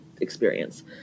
experience